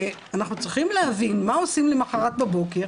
ואנחנו צריכים להבין מה עושים למחרת בבוקר,